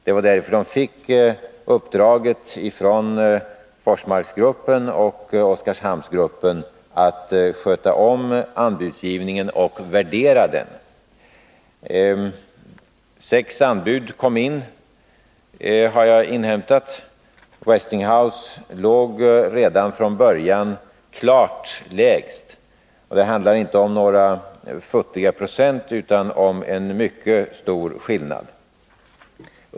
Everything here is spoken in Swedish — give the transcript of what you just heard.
Det var därför man fick uppdraget från Forsmarksgruppen och Oskarshamnsgruppen att sköta om anbudsgivningen och värdera den. Jag har inhämtat att det kom in sex anbud. Westinghouse låg redan från början klart lägst. Det handlar inte om några futtiga procent, utan om en mycket stor skillnad.